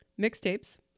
Mixtapes